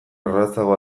errazago